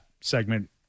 segment